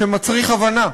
שמצריך הבנה.